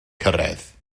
cyrraedd